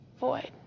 void